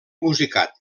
musicat